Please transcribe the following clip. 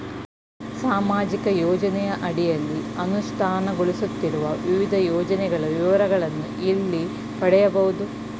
ಸಾಮಾಜಿಕ ಯೋಜನೆಯ ಅಡಿಯಲ್ಲಿ ಅನುಷ್ಠಾನಗೊಳಿಸುತ್ತಿರುವ ವಿವಿಧ ಯೋಜನೆಗಳ ವಿವರಗಳನ್ನು ಎಲ್ಲಿ ಪಡೆಯಬಹುದು?